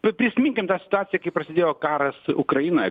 vat prisiminkim tą situaciją kai prasidėjo karas ukrainoj